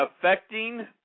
affecting